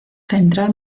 central